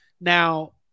now